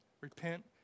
repent